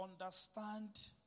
understand